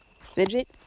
Fidget